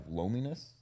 loneliness